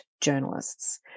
journalists